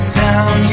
down